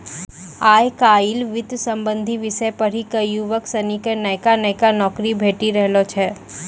आय काइल वित्त संबंधी विषय पढ़ी क युवक सनी क नयका नयका नौकरी भेटी रहलो छै